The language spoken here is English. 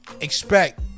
expect